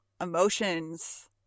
emotions